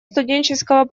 студенческого